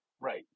right